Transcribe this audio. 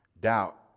Doubt